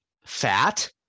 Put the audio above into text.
fat